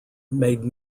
made